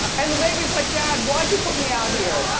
and the baby's like dad why'd you put me out here?